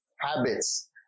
Habits